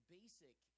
basic